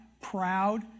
proud